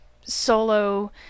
solo